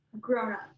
Grown-up